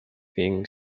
being